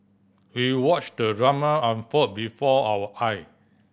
we watched the drama unfold before our eye